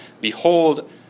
Behold